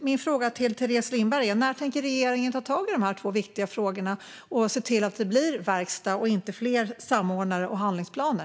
Min fråga till Teres Lindberg är: När tänker regeringen ta tag i de här två viktiga frågorna och se till att det blir verkstad och inte fler samordnare och handlingsplaner?